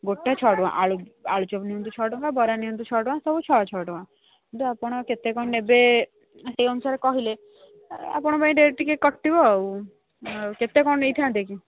ଗୋଟା ଛଅ ଟଙ୍କା ଆଳୁ ଆଳୁ ଚପ୍ ନିଅନ୍ତୁ ଛଅ ଟଙ୍କା ବରା ନିଅନ୍ତୁ ଛଅ ଟଙ୍କା ସବୁ ଛଅ ଛଅ ଟଙ୍କା କିନ୍ତୁ ଆପଣ କେତେ କ'ଣ ନେବେ ସେଇ ଅନୁସାରେ କହିଲେ ଆପଣଙ୍କ ପାଇଁ ରେଟ୍ ଟିକେ କଟିବ ଆଉ କେତେ କ'ଣ ନେଇଥାନ୍ତେ କି